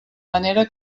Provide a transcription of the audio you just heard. manera